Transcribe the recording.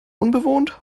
unbewohnt